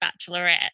bachelorette